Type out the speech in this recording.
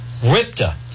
Ripta